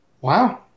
Wow